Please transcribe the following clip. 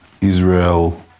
Israel